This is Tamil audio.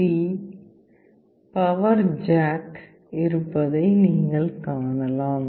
சி பவர் ஜாக் இருப்பதையும் நீங்கள் காணலாம்